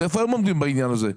איפה הם עומדים בעניין הזה?